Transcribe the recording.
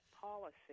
policy